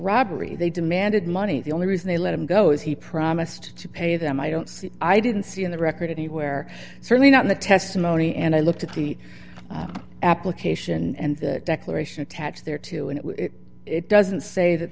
robbery they demanded money the only reason they let him go is he promised to pay them i don't see i didn't see in the record anywhere certainly not in the testimony and i looked at the application and the declaration attached there too and it doesn't say that